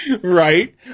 right